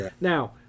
Now